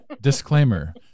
disclaimer